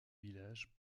village